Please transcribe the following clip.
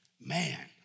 Man